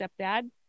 stepdad